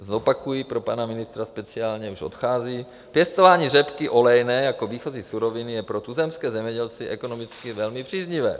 Zopakuji pro pana ministra speciálně, už odchází: Pěstování řepky olejné jako výchozí suroviny je pro tuzemské zemědělce ekonomicky velmi příznivé.